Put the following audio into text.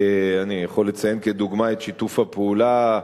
אני יכול לציין כדוגמה את שיתוף הפעולה.